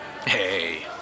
Hey